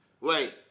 Wait